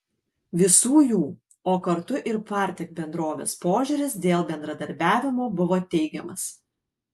visų jų o kartu ir partek bendrovės požiūris dėl bendradarbiavimo buvo teigiamas